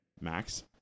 max